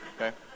okay